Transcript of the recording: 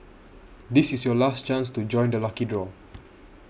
this is your last chance to join the lucky draw